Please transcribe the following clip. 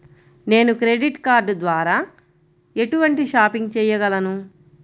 నేను credit card ద్వార ఎటువంటి షాపింగ్ చెయ్యగలను?